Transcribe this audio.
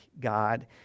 God